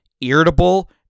irritable